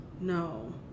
No